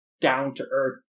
down-to-earth